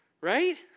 right